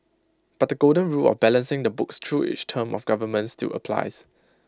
but the golden rule of balancing the books through each term of government still applies